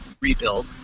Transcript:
rebuild